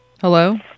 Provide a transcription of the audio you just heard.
Hello